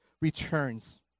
returns